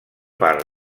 part